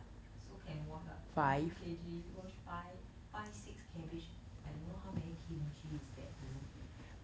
so can wash what one two K_G wash five five six cabbage I don't know how many kimchi is that though